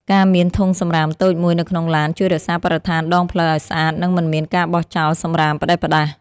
ការមានធុងសំរាមតូចមួយនៅក្នុងឡានជួយរក្សាបរិស្ថានដងផ្លូវឱ្យស្អាត និងមិនមានការបោះចោលសំរាមផ្ដេសផ្ដាស។